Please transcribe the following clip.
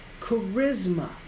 Charisma